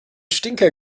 stinker